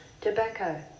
tobacco